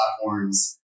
platforms